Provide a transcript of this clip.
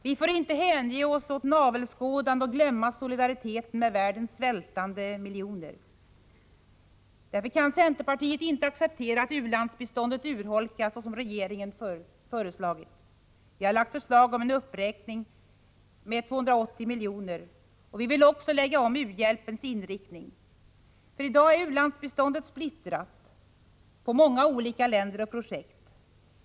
Vi får inte hänge oss åt navelskådande och glömma solidariteten med världens svältande miljoner. Centerpartiet kan inte acceptera att u-landsbiståndet urholkas så som regeringen har föreslagit i sin budgetproposition. Vi har därför lagt fram förslag om en uppräkning med 280 miljoner. Vi vill också ändra u-hjälpens inriktning. U-landsbiståndet är i dag splittrat på många olika länder och projekt.